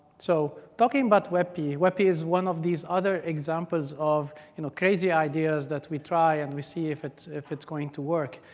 so talking about but webp. yeah webp is one of these other examples of and crazy ideas that we try and we see if it's if it's going to work.